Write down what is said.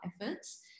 efforts